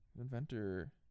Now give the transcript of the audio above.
Inventor